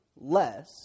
less